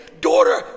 daughter